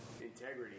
Integrity